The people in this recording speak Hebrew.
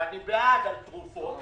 ואני בעד על תרופות,